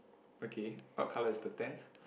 okay what colour is the tent